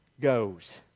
goes